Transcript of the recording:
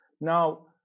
now